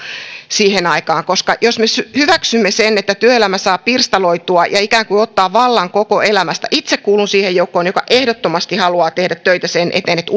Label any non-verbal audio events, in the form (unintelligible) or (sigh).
siihen aikaan jos me hyväksymme sen että työelämä saa pirstaloitua ja ikään kuin ottaa vallan koko elämästä itse kuulun siihen joukkoon joka ehdottomasti haluaa tehdä töitä sen eteen että (unintelligible)